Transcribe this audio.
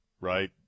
right